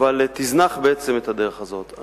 ותזנח בעצם את הדרך הזאת.